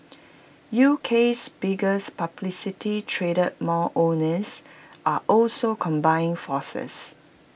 UK's biggest publicly traded mall owners are also combining forces